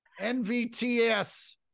NVTS